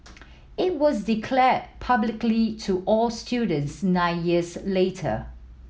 it was declared publicly to all students nine years later